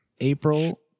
April